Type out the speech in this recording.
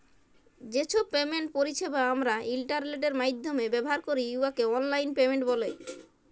যে ছব পেমেন্ট পরিছেবা আমরা ইলটারলেটের মাইধ্যমে ব্যাভার ক্যরি উয়াকে অললাইল পেমেল্ট ব্যলে